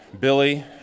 Billy